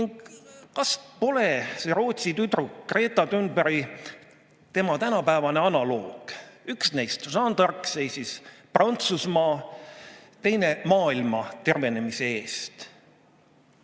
Kas pole see Rootsi tüdruku Greta Thunbergi tänapäevane analoog? Üks neist, Jeanne d'Arc, seisis Prantsusmaa, teine maailma tervenemise eest.